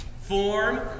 form